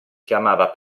chiamava